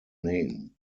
name